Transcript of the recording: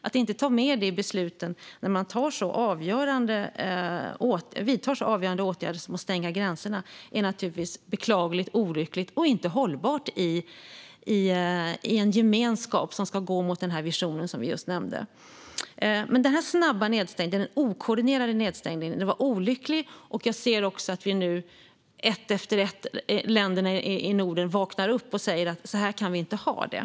Att inte ta med detta i besluten när man vidtar så avgörande åtgärder som att stänga gränserna är naturligtvis beklagligt, olyckligt och inte hållbart i en gemenskap som ska gå mot den vision som vi just nämnde. Denna snabba och okoordinerade nedstängning var olycklig. Jag ser också att länderna i Norden nu, ett efter ett, vaknar upp och säger: Så här kan vi inte ha det.